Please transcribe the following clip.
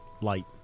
light